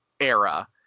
era